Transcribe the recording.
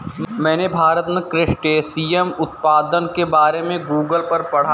मैंने भारत में क्रस्टेशियन उत्पादन के बारे में गूगल पर पढ़ा